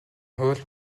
хууль